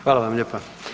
Hvala vam lijepa.